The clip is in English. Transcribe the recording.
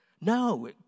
No